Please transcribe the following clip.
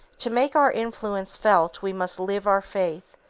to make our influence felt we must live our faith,